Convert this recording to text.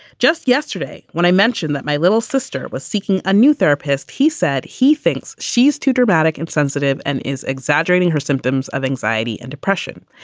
just yesterday when i mentioned that my little sister was seeking a new therapist, he said he thinks she's too dramatic and sensitive and is exaggerating her symptoms of anxiety and depression.